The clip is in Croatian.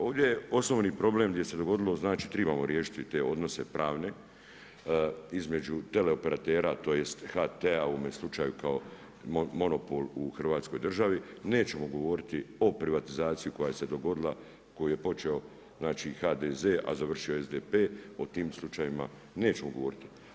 Ovdje je osnovni problem gdje se dogodilo, znači trebamo riješiti te odnose pravne, između tele-operatera tj. HT u ovome slučaju kao monopol u hrvatskoj državi, nećemo govoriti o privatizaciji koja se dogodila koju je počeo HDZ a završio SDP, o tom slučajevima nećemo govoriti.